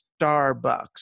Starbucks